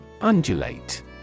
Undulate